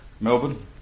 Melbourne